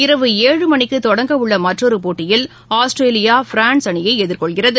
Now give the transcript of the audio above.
இரவு ஏழு மணிக்குதொடங்கவுள்ளமற்றொருபோட்டியில் ஆஸ்திரேலியா பிரான்ஸ் அணியைஎதிர்கொள்கிறது